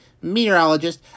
meteorologist